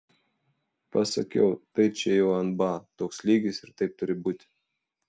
pasakiau kad čia jau nba toks lygis ir taip turi būti